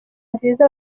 nziza